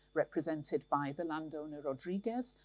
represented by the landowner rodriguez,